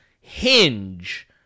hinge